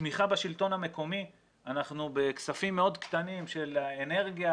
תמיכה בשלטון המקומי - אנחנו בכספים מאוד קטנים של אנרגיה,